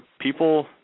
people